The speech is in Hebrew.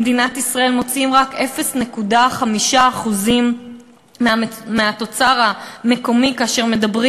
במדינת ישראל מוציאים רק 0.5% מהתוצר המקומי כאשר מדברים